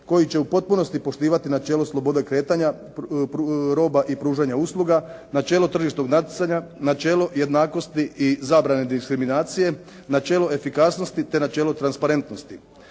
koji će u potpunosti poštivati načelo slobode kretanja roba i pružanja usluga, načelo tržišnog natjecanja, načelo jednakosti i zabrane diskriminacije, načelo efikasnosti te načelo transparentnosti.